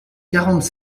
quarante